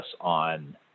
on